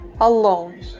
alone